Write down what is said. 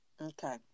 Okay